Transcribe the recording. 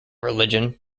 religion